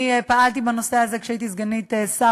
אני פעלתי בנושא הזה כשהייתי סגנית שר